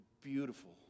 beautiful